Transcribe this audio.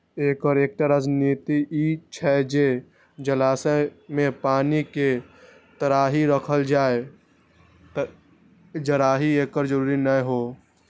एकर एकटा रणनीति ई छै जे जलाशय मे पानि के ताधरि राखल जाए, जाधरि एकर जरूरत नै हो